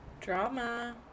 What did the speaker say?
Drama